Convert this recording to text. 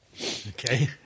Okay